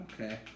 Okay